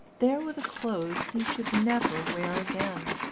there were the clothes he should never wear again,